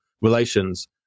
relations